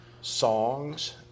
songs